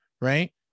Right